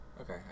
Okay